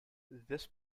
this